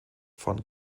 von